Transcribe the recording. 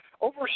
over